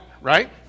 right